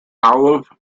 olive